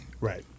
right